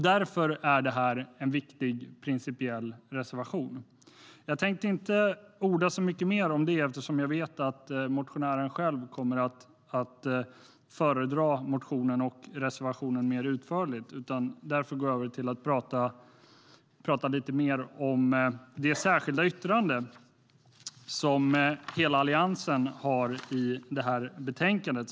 Därför är detta en viktig principiell reservation. Jag tänkte inte orda så mycket mer om detta eftersom jag vet att motionären själv kommer att föredra motionen och reservationen mer utförligt. Därför går jag över till att tala lite mer om det särskilda yttrande som hela Alliansen har i det här betänkandet.